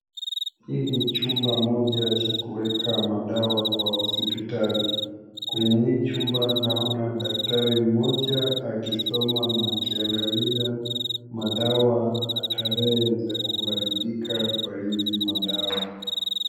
Hii ni chumba moja cha kueka madawa kwa hospitali. Kwenya hii chumba naona daktari mmoja akisoma na akiangalia madawa na tarehe za kuharibika kwa hizi madawa.